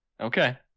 Okay